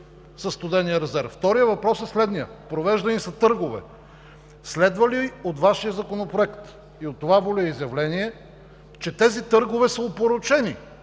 има нещо нередно? Вторият въпрос е следният – провеждани са търгове: следва ли от Вашия законопроект и от това волеизявление, че тези търгове са опорочени?